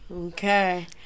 Okay